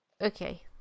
okay